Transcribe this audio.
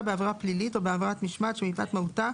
בעבירה פלילית או בעבירת משמעת שמפאת מהותה,